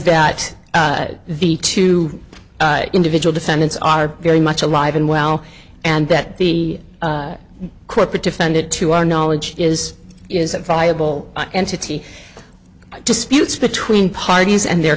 that the two individual defendants are very much alive and well and that the corporate defended to our knowledge is is a viable entity disputes between parties and their